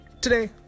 today